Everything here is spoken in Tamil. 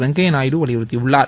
வெங்கய்யா நாயுடு வலியுறுத்தியுள்ளார்